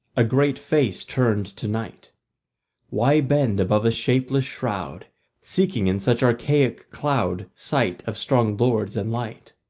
a great face turned to night why bend above a shapeless shroud seeking in such archaic cloud sight of strong lords and light?